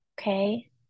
Okay